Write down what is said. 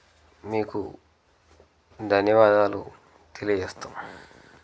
మీకు ధన్యవాదాలు తెలియజేస్తున్నా